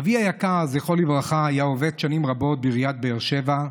אבי היקר זכרו לברכה היה עובד שנים רבות בעיריית באר שבע,